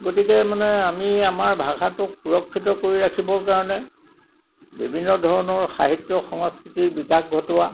গতিকে মানে আমি আমাৰ ভাষাটোক সুৰক্ষিত কৰি ৰাখিবৰ কাৰণে বিভিন্ন ধৰণৰ সাহিত্য সংস্কৃতিৰ বিকাশ ঘটোৱা